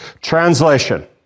Translation